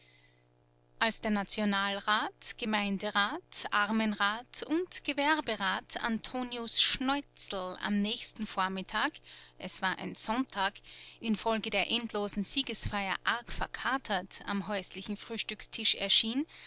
als der nationalrat gemeinderat armenrat und gewerberat antonius schneuzel am nächsten vormittag es war ein sonntag infolge der endlosen siegesfeier arg verkatert am häuslichen frühstückstisch erschien